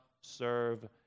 serve